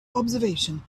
observation